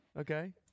Okay